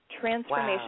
transformation